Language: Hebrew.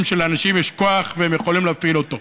שלאנשים יש כוח והם יכולים להפעיל אותו,